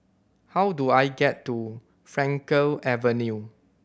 how do I get to Frankel Avenue